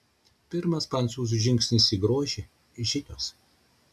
pirmas prancūzių žingsnis į grožį žinios